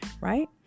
right